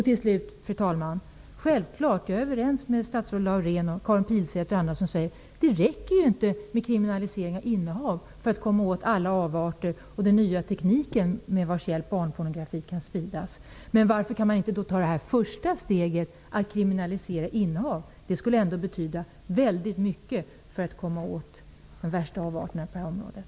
Till slut, fru talman, är jag självfallet överens med statsrådet Laurén, Karin Pilsäter och andra som säger: Det räcker inte med kriminalisering av innehav för att komma åt alla avarter och den nya tekniken med vars hjälp barnpornografin kan spridas. Men varför kan man inte ta det första steget, att kriminalisera innehav? Det skulle ändå betyda väldigt mycket för att komma åt de värsta avarterna på det här området.